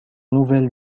nouvelle